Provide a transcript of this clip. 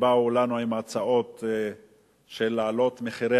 שבאו אלינו עם הצעות להעלות את מחירי